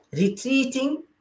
retreating